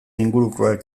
ingurukoak